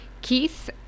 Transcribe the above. Keith